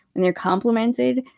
when they're complimented,